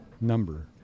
number